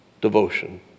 devotion